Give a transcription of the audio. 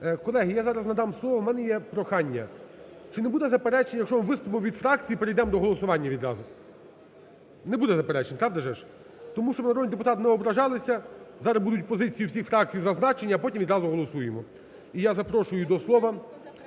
Колеги, я зараз надам слово, в мене є прохання. Чи не буде заперечень, якщо ми виступом від фракцій перейдемо до голосування відразу? Не буде заперечень, правда же ж? Тому, щоб народні депутати не ображалися, зараз будуть позиції всіх фракцій зазначені, а потім відразу голосуємо. І я запрошую до слова